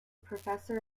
professor